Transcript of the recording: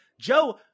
Joe